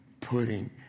putting